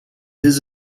his